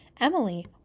emily